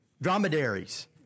dromedaries